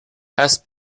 has